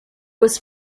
was